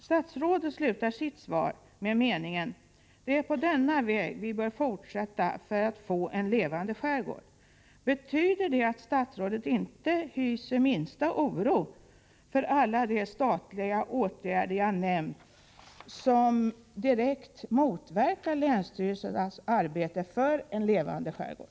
Statsrådet säger i slutet av sitt svar: ”Det är på denna väg vi bör fortsätta för att få en levande skärgård.” Betyder det att statsrådet inte hyser minsta oro för alla de statliga åtgärder jag nämnt som direkt motverkar länsstyrelsernas arbete för en levande skärgård?